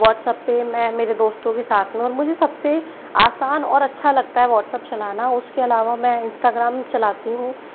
WhatsApp पे मैं मेरे दोस्तों के साथ में और मुझे सबसे आसान और अच्छा लगता है व्हाट्सप्प चलाना उसके अलावा मैं इंस्टाग्राम चलाती हूँ